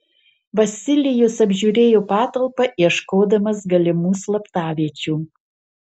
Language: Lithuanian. vasilijus apžiūrėjo patalpą ieškodamas galimų slaptaviečių